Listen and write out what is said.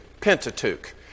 Pentateuch